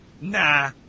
nah